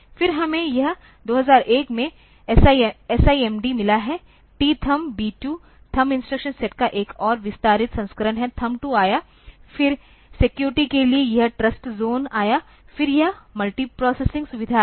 फिर हमें यह 2001 का SIMD मिला है T thumb b 2 thumb instruction set का एक और विस्तारित संस्करण है थंब 2 आया फिर सिक्योरिटी के लिए यह ट्रस्ट ज़ोन आया फिर यह मल्टीप्रोसेसिंग सुविधाएं आईं